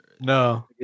no